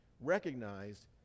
recognized